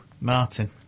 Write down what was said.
Martin